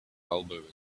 elbowing